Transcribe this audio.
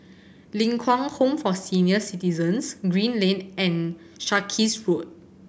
Ling Kwang Home for Senior Citizens Green Lane and Sarkies Road